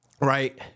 right